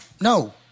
No